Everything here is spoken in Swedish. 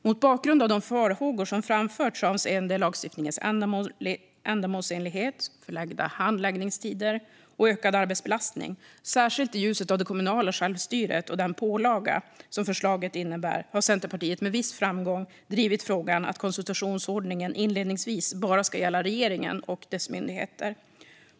Mot bakgrund av de farhågor som framförts avseende lagstiftningens ändamålsenlighet, förlängda handläggningstider och ökad arbetsbelastning, särskilt i ljuset av det kommunala självstyret och den pålaga som förslaget innebär, har Centerpartiet med viss framgång drivit frågan att konsultationsordningen inledningsvis bara ska gälla regeringen och dess myndigheter.